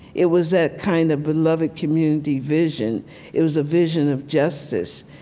it was that kind of beloved community vision it was a vision of justice.